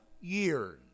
years